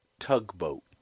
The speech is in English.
tugboat